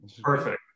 Perfect